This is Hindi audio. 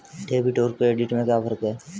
डेबिट और क्रेडिट में क्या फर्क है?